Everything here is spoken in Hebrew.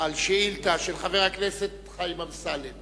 על שאילתא של חבר הכנסת חיים אמסלם